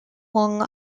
long